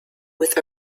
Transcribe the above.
with